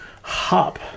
hop